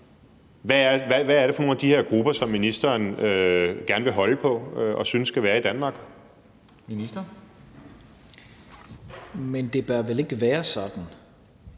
hvad det er for nogle af de her grupper, som ministeren gerne vil holde på og synes skal være i Danmark. Kl. 13:56 Formanden (Henrik Dam